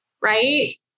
right